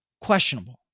questionable